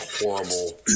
horrible